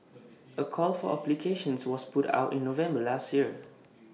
A call for applications was put out in November last year